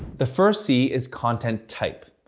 the first c is content type.